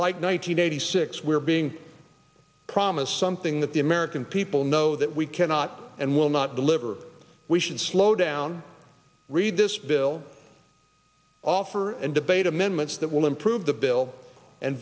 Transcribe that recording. like nine hundred eighty six we're being promised something that the american people know that we cannot and will not deliver we should slow down read this bill offer and debate amendments that will improve the bill and